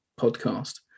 Podcast